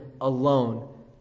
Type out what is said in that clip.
alone